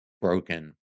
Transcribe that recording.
broken